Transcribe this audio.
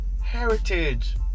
heritage